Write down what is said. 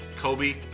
Kobe